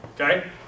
okay